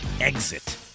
exit